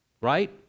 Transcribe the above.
Right